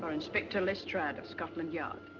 inspector lestrade of scotland yard.